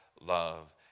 love